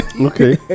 okay